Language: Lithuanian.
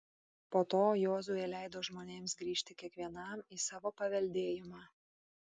po to jozuė leido žmonėms grįžti kiekvienam į savo paveldėjimą